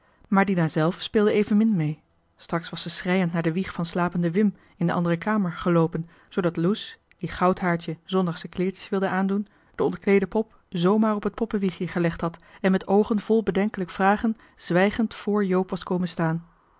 maar dina zelf speelde evenmin mee straks was ze schreiend naar de wieg van slapenden wim in de andere kamer geloopen zoodat loes die goudhaartje zondagsche kleertjes wilde aandoen de ontkleede pop z maar op t poppewiegje gelegd had en met oogen van bedenkelijk vragen zwijgend vr joop was komen staan